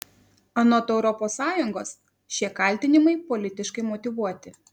anot europos sąjungos šie kaltinimai politiškai motyvuoti